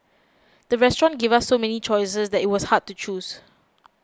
the restaurant gave so many choices that it was hard to choose